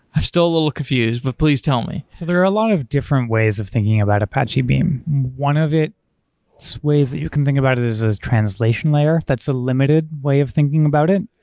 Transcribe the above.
i'm still a little confused, but please tell me. so there are a lot of different ways of thinking about apache beam. one of the so ways that you can think about it is a translation layer. that's a limited way of thinking about it.